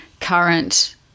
Current